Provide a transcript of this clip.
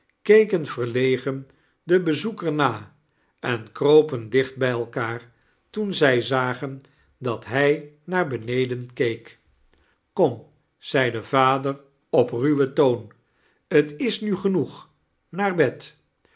verlegen den beaoeker na en kropen dicht bij elkaar toen zij zagen dat hg naar beneden keek kom zei de vader op ruwen toon t is nu genoeg naax bed